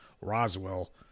Roswell